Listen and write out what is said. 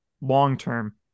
long-term